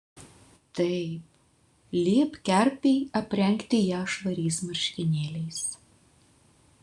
taip liepk kerpei aprengti ją švariais marškinėliais